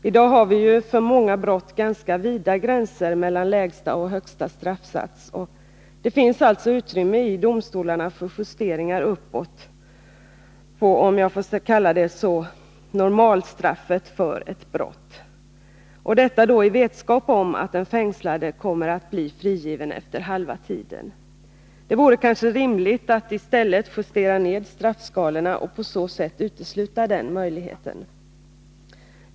I dag har vi för många brott ganska vida gränser mellan lägsta och högsta straffsats, och det finns alltså utrymme i domstolarna för justeringar uppåt av, om jag får kalla det så, normalstraffet för ett brott. Detta kan komma att ske just genom att domstolarna har vetskap om att den fängslade kommer att bli frigiven efter halva tiden. Det vore kanske rimligt att i stället justera ned straffskalorna och på så sätt utesluta denna möjlighet.